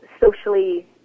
socially